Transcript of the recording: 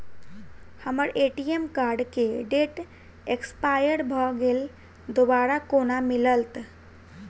हम्मर ATM card केँ date expire भऽ गेल दोबारा कोना मिलत?